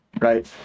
right